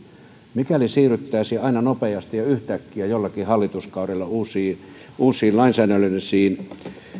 mikäli siirryttäisiin aina nopeasti ja yhtäkkiä jollakin hallituskaudella uusiin uusiin lainsäädännöllisiin